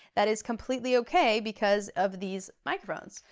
that is completely okay because of these microphones.